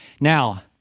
Now